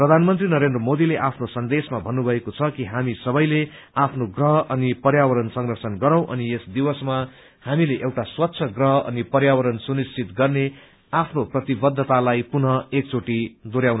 प्रधानमन्त्री नरेन्द्र मोदीले आफ्नो सन्देशमा भन्नुभएको छ कि हामी सबैले आफ्नो ग्रह अनि पर्यावरण संरक्षण गरौँ अनि यस दिवसमा हामीले एउटा स्वच्छ ग्रह अनि पर्यावरण सुनिश्चित गर्ने आफ्नो प्रतिबद्धतालाई पुनः एकचोटि दोहोरयाउ